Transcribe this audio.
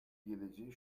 geleceği